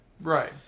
Right